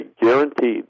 guaranteed